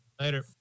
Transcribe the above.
later